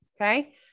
Okay